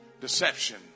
deception